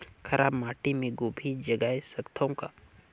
खराब माटी मे गोभी जगाय सकथव का?